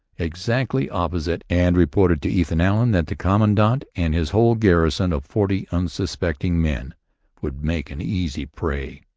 exactly opposite, and reported to ethan allen that the commandant and his whole garrison of forty unsuspecting men would make an easy prey.